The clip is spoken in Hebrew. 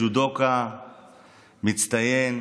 ג'ודוקא מצטיין,